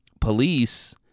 police